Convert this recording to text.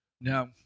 Now